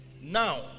Now